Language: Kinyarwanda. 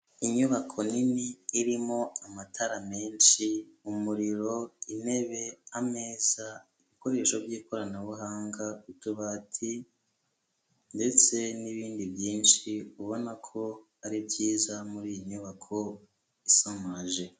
Inyubako nini irimo amatara menshi umuriro intebe ameza ibikoresho by'ikoranabuhanga utubati ndetse n'ibindi byinshi ubona ko ari byiza muri iyi nyubako isamaje.